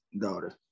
daughter